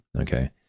Okay